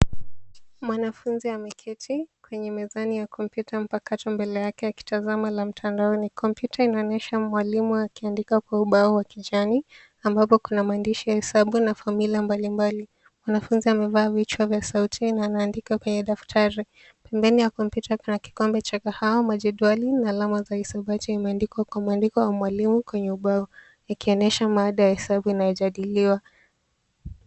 Mwanafunzi ameketi kwenye mezani ya kompyuta mpakato mbele yake akitazama la mtandaoni. Kompyuta inaonyesha mwalimu akiandika kwenye kwa ubao wa kijani ambapo kuna maandishi ya hesabu na fomula mbalimbali. Mwanafunzi amevaa vichwaa vya sauti na anaandika kwenye daftari. Pembeni ya kompyuta kuna kikombe cha kahawa, majedwali na alama za hisabati imeandikwa kwa mwandiko wa mwalimu kwa ubao yakionyesha maada ya hesabu inayojadiliwa.